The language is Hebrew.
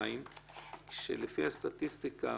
כשלפי הסטטיסטיקה